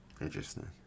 Interesting